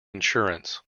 insurance